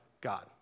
God